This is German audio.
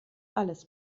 alles